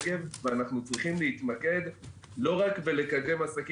אבל בנגב כתמונת ראי לגליל